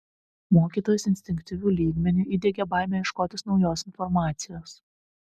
mokytojas instinktyviu lygmeniu įdiegė baimę ieškotis naujos informacijos